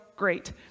great